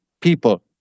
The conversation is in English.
people